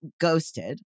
ghosted